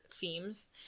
themes